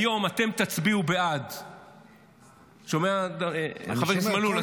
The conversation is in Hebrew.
היום אתם תצביעו בעד -- שומע, חבר הכנסת מלול?